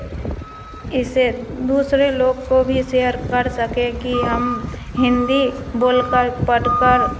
इसे दूसरे लोग को भी सेयर कर सके कि हम हिंदी बोलकर पढ़कर